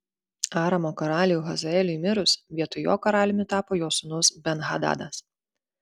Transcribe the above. aramo karaliui hazaeliui mirus vietoj jo karaliumi tapo jo sūnus ben hadadas